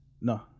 No